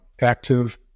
active